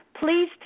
Please